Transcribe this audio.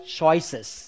choices